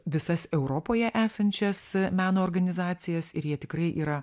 visas europoje esančias meno organizacijas ir jie tikrai yra